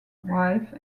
wife